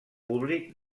públic